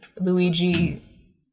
Luigi